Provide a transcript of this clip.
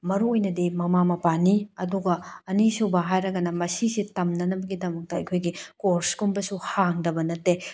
ꯃꯔꯨꯑꯣꯏꯅꯗꯤ ꯃꯃꯥ ꯃꯄꯥꯅꯤ ꯑꯗꯨꯒ ꯑꯅꯤꯁꯨꯕ ꯍꯥꯏꯔꯒꯅ ꯃꯁꯤꯁꯦ ꯇꯝꯅꯅꯕꯒꯤꯗꯃꯛꯇ ꯑꯩꯈꯣꯏꯒꯤ ꯀꯣꯔ꯭ꯁ ꯀꯨꯝꯕꯁꯨ ꯍꯥꯡꯗꯕ ꯅꯠꯇꯦ